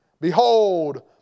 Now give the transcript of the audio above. behold